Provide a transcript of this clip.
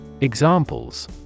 Examples